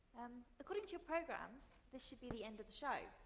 according to your programs, this should be the end of the show.